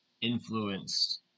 influenced